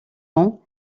ans